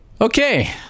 Okay